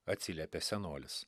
atsiliepė senolis